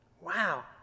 wow